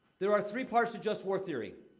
there are three parts to just war theory.